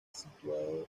situado